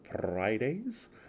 Fridays